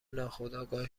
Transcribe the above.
ناخودآگاه